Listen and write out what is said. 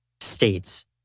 states